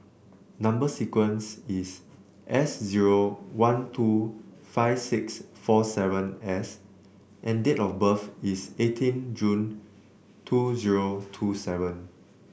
number sequence is S zero one two five six four seven S and date of birth is eighteen June two zero two seven